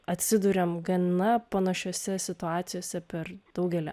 atsiduriam gana panašiose situacijose per daugelį